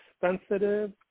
sensitive